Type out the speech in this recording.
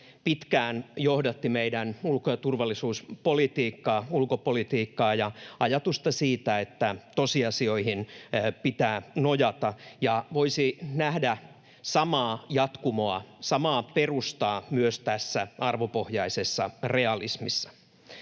pitkään johdatti meidän ulko- ja turvallisuuspolitiikkaa, ulkopolitiikkaa, ja ajatusta siitä, että tosiasioihin pitää nojata, ja voisi nähdä samaa jatkumoa, samaa perustaa, myös tässä arvopohjaisessa realismissa.